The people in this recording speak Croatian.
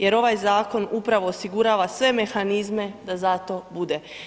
Jer ovaj zakon upravo osigurava sve mehanizme da za to bude.